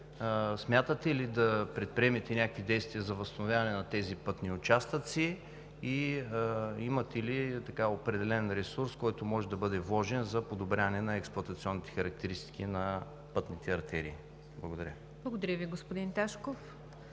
Смятате ли да предприемете някакви действия за възстановяване на тези пътни участъци? Имате ли определен ресурс, който може да бъде вложен за подобряване на експлоатационните характеристики на пътните артерии? Благодаря. ПРЕДСЕДАТЕЛ НИГЯР ДЖАФЕР: Благодаря Ви, господин Ташков.